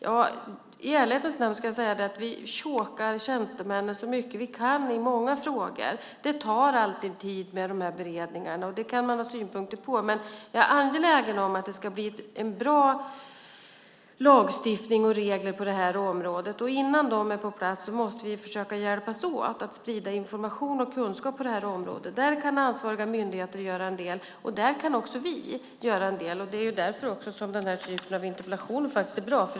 Men i ärlighetens namn ska jag säga att vi "chokar" tjänstemännen så mycket vi kan i många frågor. De här beredningarna tar alltid tid. Det kan man ha synpunkter på, men jag är angelägen om att det ska bli en bra lagstiftning och bra regler på det här området. Innan de är på plats måste vi försöka hjälpas åt att sprida information och kunskap på det här området. Där kan ansvariga myndigheter göra en del, och där kan också vi göra en del. Det är därför som den här typen av interpellationer också är bra.